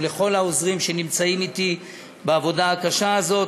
ולכל העוזרים שנמצאים אתי בעבודה הקשה הזאת,